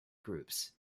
groups